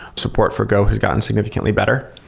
support for go has gotten significantly better.